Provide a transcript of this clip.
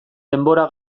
denbora